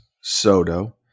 Soto